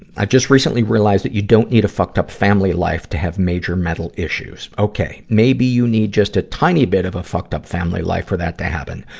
i just recently realized that you don't need a fucked up family life to have major mental issues. ok, maybe you need just a tiny bit of a fucked up family life for that to happen.